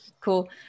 Cool